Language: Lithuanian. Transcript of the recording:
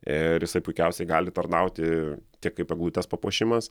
ir jisai puikiausiai gali tarnauti tiek kaip eglutės papuošimas